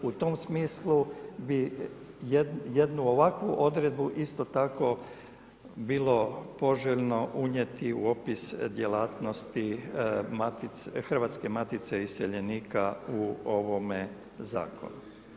U tom smislu bi jednu ovakvu odredbu isto tako bilo poželjno unijeti u opis djelatnosti Hrvatske matice iseljenika u ovome zakonu.